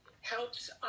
helps